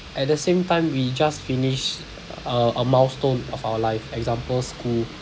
at the same time we just finish uh a milestone of our life example school